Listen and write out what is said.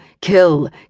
kill